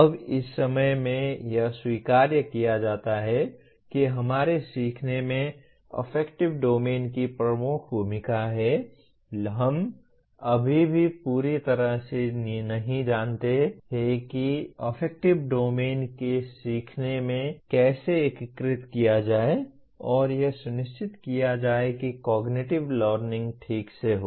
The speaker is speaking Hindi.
अब इस समय में यह स्वीकार किया जाता है कि हमारे सीखने में अफेक्टिव डोमेन की प्रमुख भूमिका है लेकिन हम अभी भी पूरी तरह से नहीं जानते हैं कि अफेक्टिव डोमेन को सीखने में कैसे एकीकृत किया जाए और यह सुनिश्चित किया जाए कि कॉग्निटिव लर्निंग ठीक से हो